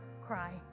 cry